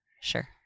sure